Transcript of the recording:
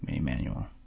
manual